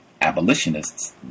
Abolitionists